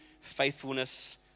faithfulness